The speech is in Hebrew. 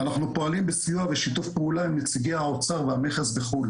אנחנו פועלים בסיוע ושיתוף פועלה עם נציגי האוצר והמכס בחו"ל,